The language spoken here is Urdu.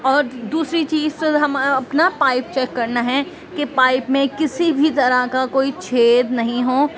اور دوسری چیز ہم اپنا پائپ چیک کرنا ہے کہ پائپ میں کسی بھی طرح کا کوئی چھید نہیں ہو